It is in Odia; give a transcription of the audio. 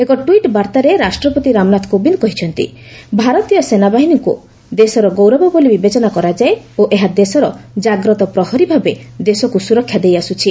ଏକ ଟ୍ପିଟ୍ ବାର୍ତ୍ତାରେ ରାଷ୍ଟ୍ରପତି ରାମନାଥ କୋବିନ୍ଦ କହିଛନ୍ତି ଭାରତୀୟ ସେନାବାହିନୀକୁ ଦେଶର ଗୌରବ ବୋଲି ବିବେଚନା କରାଯାଏ ଓ ଏହା ଦେଶର ଜାଗ୍ରତ ପ୍ରହରୀ ଭାବେ ଦେଶକୁ ସୁରକ୍ଷା ଦେଇଆସୁଛି